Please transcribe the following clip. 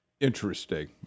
Interesting